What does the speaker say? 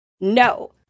No